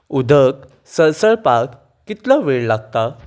उदक सळसळपाक कितलो वेळ लागता